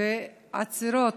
ועצרות